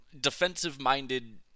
defensive-minded